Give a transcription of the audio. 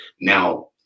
Now